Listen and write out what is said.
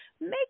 Make